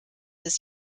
des